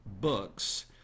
books